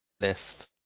list